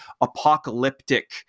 apocalyptic